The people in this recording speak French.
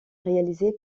réalisé